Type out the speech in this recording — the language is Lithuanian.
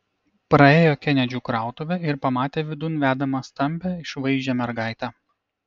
praėjo kenedžių krautuvę ir pamatė vidun vedamą stambią išvaizdžią mergaitę